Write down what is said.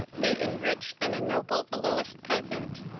they enrich and ennoble the lowest peasant.